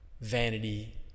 vanity